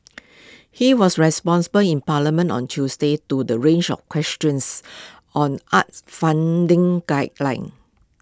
he was responsible in parliament on Tuesday to the range of questions on arts funding guidelines